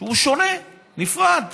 שהוא שונה, נפרד.